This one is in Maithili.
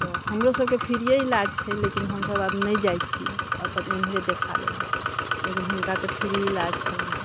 तऽ हमरोसभके फ्रीए इलाज छै लेकिन हमसभ आब नहि जाइ छियै अपन एम्हरे देखा लेलहुँ लेकिन हुनका तऽ फ्री इलाज छलनि हेँ